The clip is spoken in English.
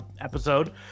episode